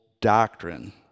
doctrine